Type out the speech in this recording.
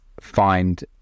find